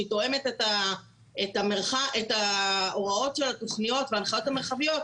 שהיא תואמת את ההוראות של התכניות וההנחיות המרחביות,